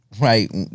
right